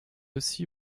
aussi